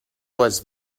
was